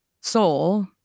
soul